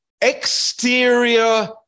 exterior